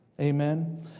Amen